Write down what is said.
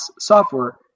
software